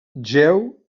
jeu